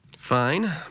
Fine